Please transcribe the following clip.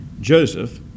Joseph